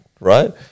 right